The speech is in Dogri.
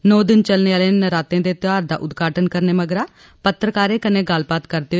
नौ दिन चलने आहले नवरात्रे दे त्यौहार दा उद्घाटन करने मगरा पत्रकारें कन्नै गल्लबात करदे होई